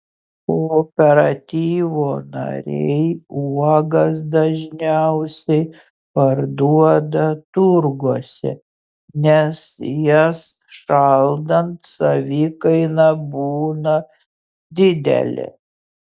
kooperatyvo nariai uogas dažniausiai parduoda turguose nes jas šaldant savikaina būna didelė